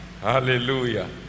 hallelujah